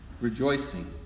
rejoicing